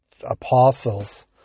apostles